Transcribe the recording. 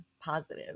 positive